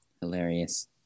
Hilarious